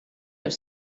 have